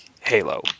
Halo